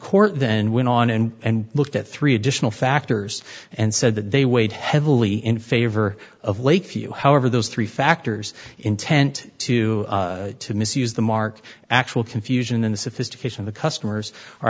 court then went on and looked at three additional factors and said that they weighed heavily in favor of lakeview however those three factors intent to misuse the mark actual confusion in the sophistication of the customers are